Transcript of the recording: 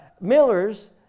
Miller's